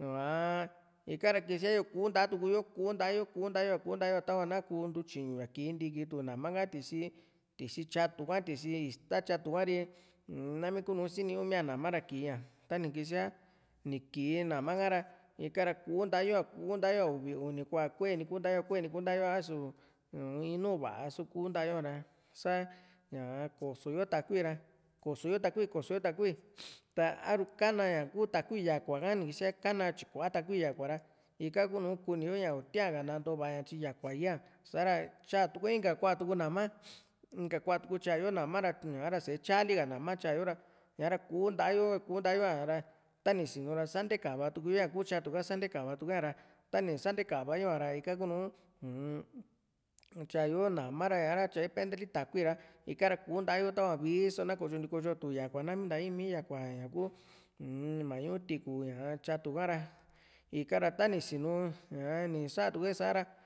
ñaa ika ra kisia yo kuntaa tuku yo kunta´yo kunta´yo a kunta´yo tava na ku ntu tyiñu ña kii nti kiitu nama ka tisi tisi tyatu ka tisi ixta tyatu ka ri nami kunu sini ñuu mia nama ra kii´ña tani kisía ni ki nama ka ra ika ra kuu ntaayo´a kuu nta´a yo uvi uni kua kuee ni kunta´a yo kuee ni ni kunta´a yo a´su iinu va´a so kunta´a yo a´ra sa ko´soyo takui ra koso yo takui koso yo takui ta a´ru kana ña kuu takjui yakua ka ni kisiaa kana tyikua takui yakua ka ra ika kuu nùù kuni yo itia´ka nanto va´a ña tyi yakua i´a ha´ra tyatukue inka kuaa tuku nama inka kuatu ku tyayo nama ra sa´e tyali ka nama tyayo ra kuu nta´a yo ku nta´a yo tani sinu ra santekava tukue ñaku tyatu ka santekava tuku´e ra tani santekava yo ña ra ika kunu u-m tyayo nama ra ña´ra tyae pente li takui ra ika ra kunta yo tava vii so kotyonti kotyo tu yakua nami nta iimii yakua ñaku uu-m mañu tikú ñatyatu ka´ra ikara tani sinu ñaa ni satu´e sa´ra